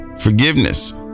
forgiveness